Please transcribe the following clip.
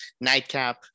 Nightcap